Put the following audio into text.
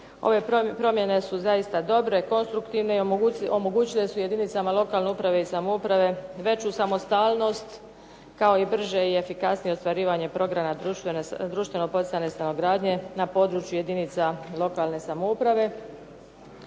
Ove promjene su zaista dobre, konstruktivne i omogućile su jedinicama lokalne uprave i samouprave veću samostalnost kao i brže i efikasnije ostvarivanje programa društvenog poticane stanogradnje na području jedinica lokalne samouprave.